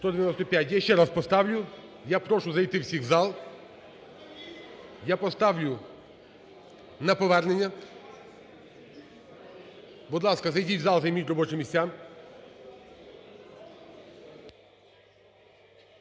За-195 Я ще раз поставлю. Я прошу зайти всіх в зал. Я поставлю на повернення. Будь ласка, зайдіть в зал, займіть робочі місця.